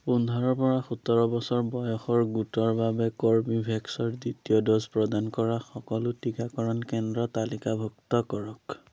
পোন্ধৰৰ পৰা সোতৰ বছৰ বয়সৰ গোটৰ বাবে কৰ্বীভেক্সৰ দ্বিতীয় ড'জ প্ৰদান কৰা সকলো টিকাকৰণ কেন্দ্ৰ তালিকাভুক্ত কৰক